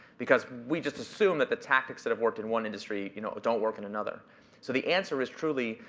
because we just assume that the tactics that have worked in one industry you know don't work in another. so the answer is truly,